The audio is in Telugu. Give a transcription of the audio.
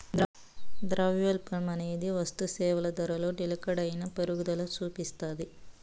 ద్రవ్యోల్బణమనేది వస్తుసేవల ధరలో నిలకడైన పెరుగుదల సూపిస్తాది